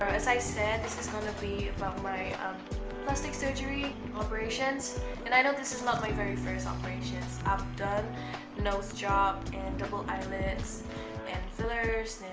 um as i said, this is gonna be about my plastic surgery operation and i know this is not my very first operation so i've done nose job and double eyelids and fillers